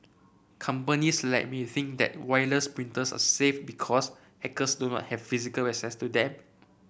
companies like may think their wireless printers are safe because hackers do not have physical access to them